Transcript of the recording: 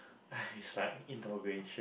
!hai! it's like interrogation